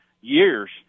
years